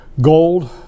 Gold